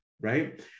right